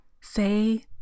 say